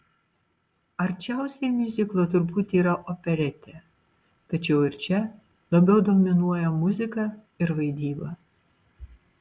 arčiausiai miuziklo turbūt yra operetė tačiau ir čia labiau dominuoja muzika ir vaidyba